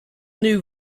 new